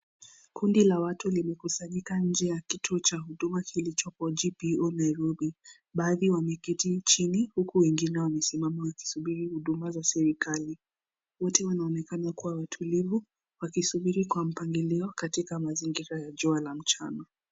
Kundi la watu limekusanyika nje ya kituo nja huduma kilichoko GPO Nairobi, baadhi wameketi chini, huku wengine wamesimama wakisubiri huduma za serikali, wote wanaonekana kuwa watulivu, wakisubiri kwa mpnagilio katika mazingira ya jua ya mchana.